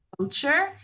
culture